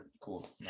cool